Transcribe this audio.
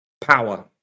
power